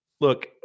look